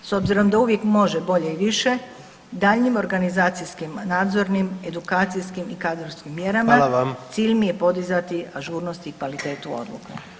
S obzirom da uvijek može bolje i više, daljnjim organizacijskim, nadzornim, edukacijskim i kadrovskim mjerama, [[Upadica: Hvala vam.]] cilj mi je podizati ažurnost i kvalitetu odluka.